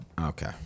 Okay